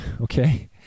okay